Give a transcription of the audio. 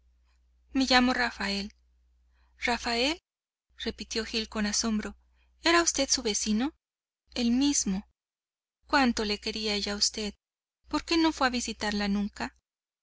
me llamo rafael rafael repitió gil con asombro era usted su vecino el mismo cuánto le quería ella a usted por qué no fue a visitarla nunca